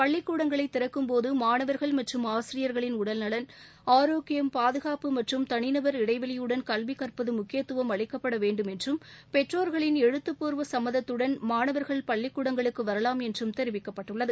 பள்ளிக்கூடங்களை திறக்கும் போது மாணவர்கள் மற்றும் ஆசிரியர்களின் உடல் நலன் ஆரோக்கியம் பாதுகாப்பு மற்றும் தனிநபர் இடைவேளியுடன் கல்வி கற்பது முக்கியத்துவம் அளிக்கப்பட வேண்டும் என்றும் பெற்றோர்களின் எழுத்துப்பூர்வ சும்மந்தத்துடன் மாணவர்கள் பள்ளிக்கூடங்களுக்கு வரலாம் என்றும் தெரிவிக்கப்பட்டுள்ளது